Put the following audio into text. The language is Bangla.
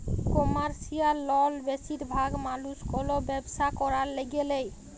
কমারশিয়াল লল বেশিরভাগ মালুস কল ব্যবসা ক্যরার ল্যাগে লেই